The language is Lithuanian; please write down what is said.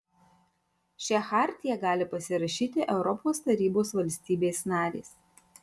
šią chartiją gali pasirašyti europos tarybos valstybės narės